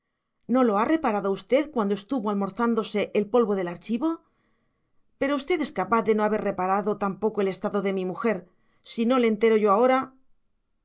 no lo ha reparado usted cuando estuvo almorzándose el polvo del archivo pero usted es capaz de no haber reparado tampoco el estado de mi mujer si no le entero yo ahora